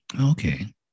Okay